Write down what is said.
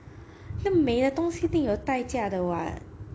要美的东西一定有代价的 [what]